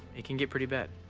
it can get pretty bad.